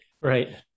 Right